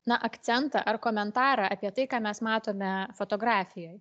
na akcentą ar komentarą apie tai ką mes matome fotografijoj